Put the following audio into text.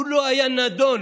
הוא לא היה נדון,